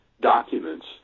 documents